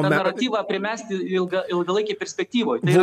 tą naratyvą primesti ilgą ilgalaikėj perspektyvoj tai